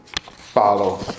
follow